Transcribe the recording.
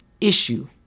issue